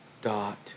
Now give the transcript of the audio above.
dot